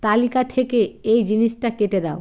তালিকা থেকে এই জিনিসটা কেটে দাও